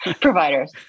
Providers